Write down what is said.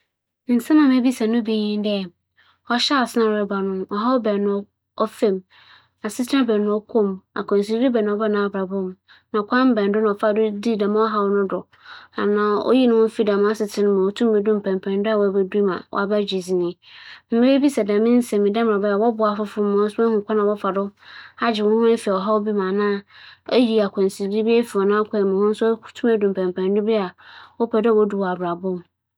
Nkyɛ meyɛ nsɛnkyerɛwnyi na morototo etitsir bi n'ano a, nkyɛ mebebisa no adze kor a ͻhyɛ no ma ͻyɛ edwuma bi a ͻyɛ. ͻtͻ do ebien mebɛsan ahwɛ dɛm edwuma kor no a ͻyɛ no no mu ͻhaw tsitsir paa a ͻwͻ mu nna mfaso paa ͻwͻ mu. ͻno ekyir no, medze to nkyɛn a, hͻn a wͻdͻ no no, osidan kora hͻn nyinara hͻn do ma wommfi n'ase.